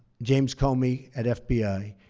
james comey at fbi.